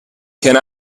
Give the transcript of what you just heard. can